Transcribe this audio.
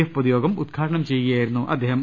F പൊതുയോഗം ഉദ്ഘാടനം ചെയ്യുകയായിരുന്നു അദ്ദേഹം